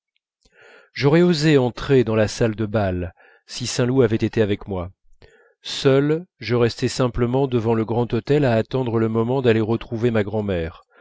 j'aurais osé entrer dans la salle de bal si saint loup avait été avec moi seul je restai simplement devant le grand hôtel à attendre le moment d'aller retrouver ma grand'mère